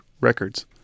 records